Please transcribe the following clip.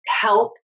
help